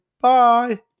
Bye